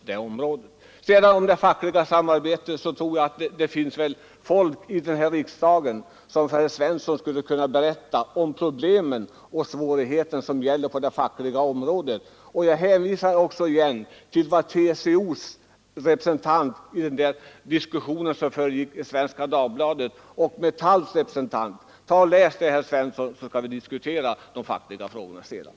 När det sedan gäller det fackliga samarbetet tror jag att det finns folk här i riksdagen som för herr Svensson skulle kunna berätta om problem och svårigheter som förekommer på det fackliga området. Jag hänvisar återigen till vad TCO:s och Metalls representanter anförde i den diskussion som förekommit i Svenska Dagbladet. Läs det, herr Svensson, så skall vi diskutera de fackliga frågorna sedan!